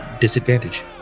disadvantage